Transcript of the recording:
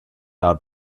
out